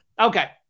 Okay